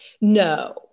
No